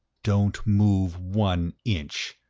don't move one inch,